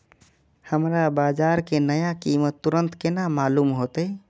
हमरा बाजार के नया कीमत तुरंत केना मालूम होते?